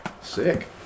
sick